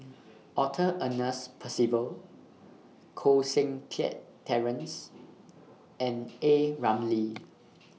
Arthur Ernest Percival Koh Seng Kiat Terence and A Ramli